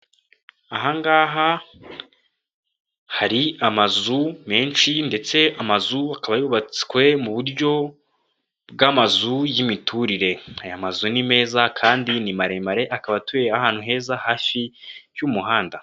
Aha ngaha hari amazu menshi, ndetse amazu akaba yubatswe mu buryo bw'amazu y'imiturire. Aya mazu ni meza kandi ni maremare, akaba atuye ahantu heza, hafi y'umuhanda.